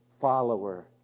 follower